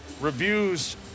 reviews